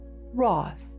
Roth